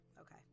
Okay